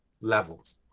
levels